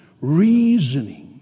reasoning